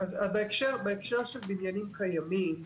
בהקשר של בניינים קיימים,